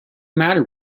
matter